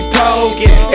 poking